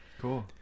cool